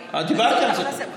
אגב, זה גם בגליל.